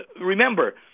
remember